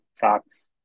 talks